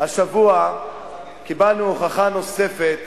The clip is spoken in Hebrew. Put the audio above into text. השבוע קיבלנו הוכחה נוספת